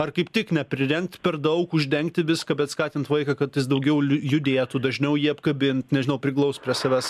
ar kaip tik neprirengt per daug uždengti viską bet skatint vaiką kad jis daugiau judėtų dažniau jį apkabint nežinau priglaust prie savęs